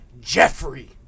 Jeffrey